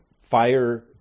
fire